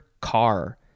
car